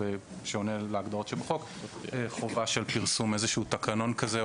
אז חובה של פרסום איזה שהוא תקנון כזה,